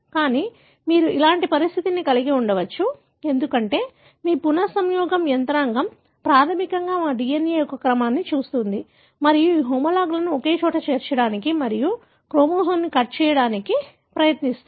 కానీ మీరు ఇలాంటి పరిస్థితిని కలిగి ఉండవచ్చు ఎందుకంటే మీ పునఃసంయోగం యంత్రాంగం ప్రాథమికంగా మా DNA యొక్క క్రమాన్ని చూస్తుంది మరియు ఈ హోమోలాగ్లను ఒకచోట చేర్చడానికి మరియు క్రోమోజోమ్ను కట్ చేసి చేరడానికి ప్రయత్నిస్తుంది